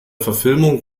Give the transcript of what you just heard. verfilmung